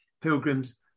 pilgrims